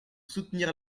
soutenir